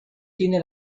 tiene